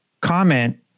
comment